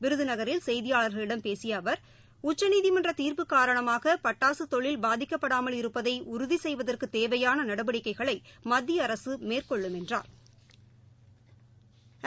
விருதநகரில் செய்தியாளர்களிடம் பேசியஅவர் உச்சநீதிமன்றதீர்ப்பு காரணமாகபட்டாசுதொழில் பாதிக்கப்படாமால் இருப்பதைஉறுதிசெய்வதற்குத் தேவையானநடவடிக்கைகளைமத்தியஅரசுமேற்கொள்ளும் என்றாா்